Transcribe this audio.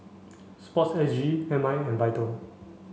sport S G M I and VITAL